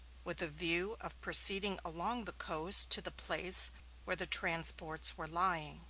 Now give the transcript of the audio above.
with a view of proceeding along the coast to the place where the transports were lying.